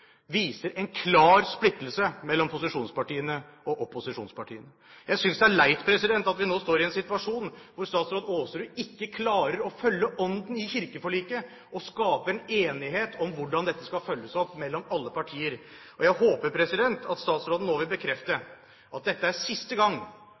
viser en klar splittelse mellom posisjonspartiene og opposisjonspartiene. Jeg synes det er leit at vi nå står i en situasjon hvor statsråd Aasrud ikke klarer å følge ånden i kirkeforliket og skape en enighet mellom alle partier om hvordan dette skal følges opp. Jeg håper at statsråden nå vil bekrefte